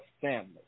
family